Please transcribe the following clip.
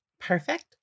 Perfect